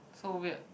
so weird